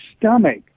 stomach